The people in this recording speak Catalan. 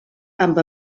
amb